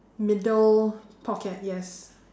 middle pocket yes